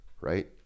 right